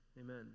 amen